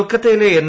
കൊൽക്കത്തയിലെ എൻ